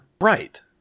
right